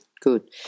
good